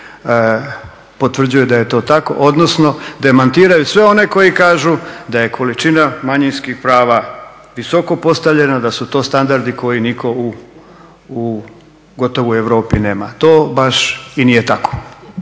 potvrđuju da je to tako, odnosno demantiraju sve one koji kažu da je količina manjinskih prava visoko postavljena, da su to standardi koje nitko u gotovo u Europi nema. To baš i nije tako